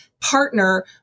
partner